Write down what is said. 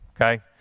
Okay